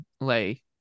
lay